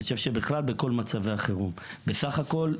ואני חושב שזה בכלל בכל מצבי החירום: בסך הכול,